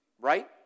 right